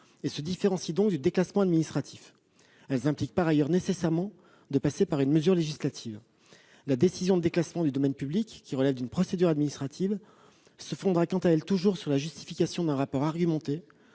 et se différencient donc du déclassement administratif. Elles impliquent par ailleurs nécessairement de passer par une mesure législative. La décision de déclassement du domaine public, qui relève d'une procédure administrative, continuera de se fonder sur la justification d'un rapport argumenté,